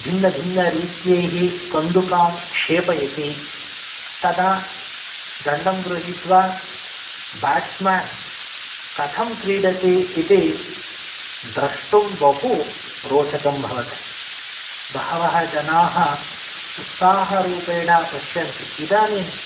भिन्नभिन्नरीत्यैः कन्दुकान् क्षेपयति तदा दण्डं गृहीत्वा बेट्स्मेन् कथं क्रीडति इति द्रष्टुं बहुरोचकं भवति बहवः जनाः उत्साहरूपेण पश्यन्ति इदानीं